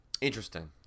interesting